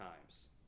times